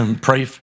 Pray